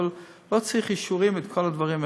ולא צריך אישורים לכל הדברים האלה.